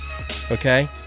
Okay